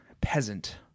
peasant